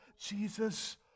Jesus